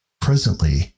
Presently